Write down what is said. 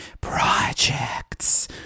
projects